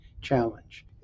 challenge